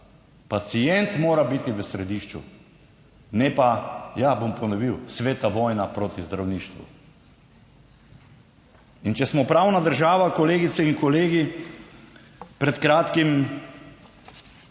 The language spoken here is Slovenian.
pacient mora biti v središču, ne pa, ja bom ponovil, sveta vojna proti zdravništvu. In če smo pravna država, kolegice in kolegi, pred kratkim oziroma